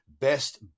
Best